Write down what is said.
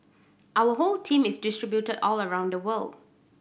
our whole team is distributed all around the world